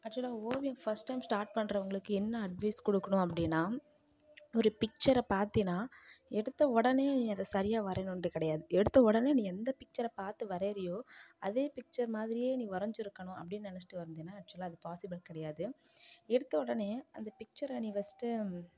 ஆக்சுவலாக ஓவியம் first time start பண்ணுறவங்களுக்கு என்ன அட்வைஸ் கொடுக்கணும் அப்படினா ஒரு பிக்சரை பார்த்தீனா எடுத்த உடனே அதை சரியா வரையணுன்டு கிடையாது எடுத்த உடனே நீ எந்த பிக்சரை பார்த்து வரைகிறியோ அதே பிக்சர் மாதிரியே நீ வரைஞ்சுருக்கணும் அப்படினு நினைச்சிட்டு வரைஞ்சினால் ஆக்சுவலாக அது பாசிபிள் கிடையாது எடுத்த உடனே அந்த பிக்சரை நீ ஃபஸ்ட்டு